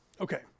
Okay